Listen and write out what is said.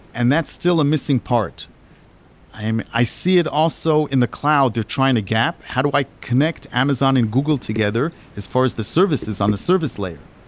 and that's still a missing part i see it also in the cloud, they're trying to gap how do i connect amazon and google together as far as the services on a service layer?